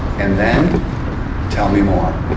and then tell me more.